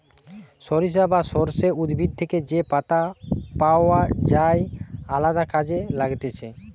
সরিষা বা সর্ষে উদ্ভিদ থেকে যে পাতা পাওয় যায় আলদা কাজে লাগতিছে